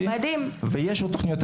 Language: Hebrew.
יש עוד תוכניות.